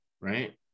Right